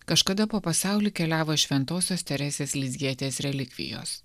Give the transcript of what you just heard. kažkada po pasaulį keliavo šventosios teresės lizjietės relikvijos